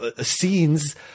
Scenes